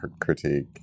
critique